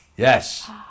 Yes